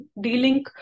Dealing